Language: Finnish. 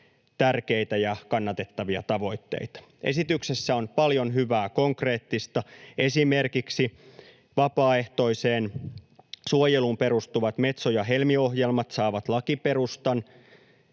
tärkeitä ja kannatettavia tavoitteita. Esityksessä on paljon hyvää konkreettista. Esimerkiksi vapaaehtoiseen suojeluun perustuvat Metso‑ ja Helmi-ohjelmat saavat lakiperustan